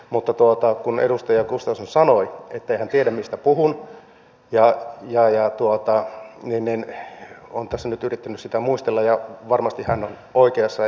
mutta kun edustaja gustafsson sanoi ettei hän tiedä mistä puhun niin olen tässä nyt yrittänyt sitä muistella ja varmasti hän on oikeassa